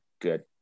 good